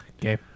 Okay